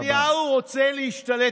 נתניהו רוצה להשתלט,